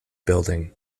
building